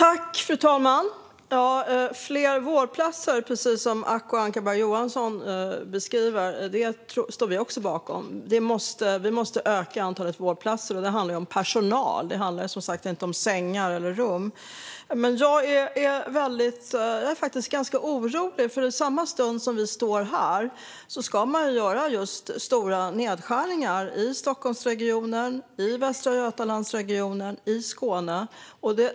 Fru talman! Fler vårdplatser står vi också bakom. Vi måste öka antalet vårdplatser, och det handlar om personal, inte om sängar eller rum. Jag är dock ganska orolig. Samtidigt som vi står här ska man göra stora nedskärningar i Stockholmsregionen, Västra Götaland och Skåne.